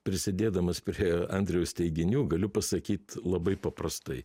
prisidėdamas prie andriaus teiginių galiu pasakyt labai paprastai